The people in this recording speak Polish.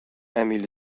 emil